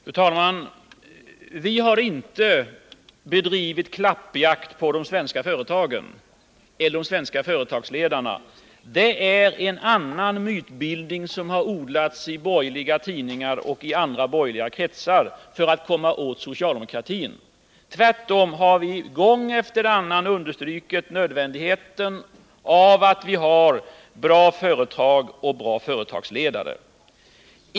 Fru talman! Vi har inte bedrivit klappjakt på de svenska företagen eller de svenska företagsledarna. Det är en annan mytbildning som har odlats i borgerliga tidningar och i andra borgerliga kretsar för att komma åt socialdemokratin. Tvärtom har vi gång efter annan understrukit nödvändigheten av att ha bra företag och bra företagsledare.